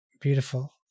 beautiful